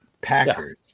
Packers